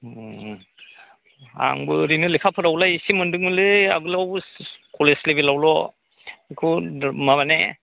आंबो ओरैनो लेखाफोरावलाय एसे मोन्दोंमोनलै आगोलाव कलेज लेबेलावल' बेखौ माने